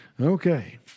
Okay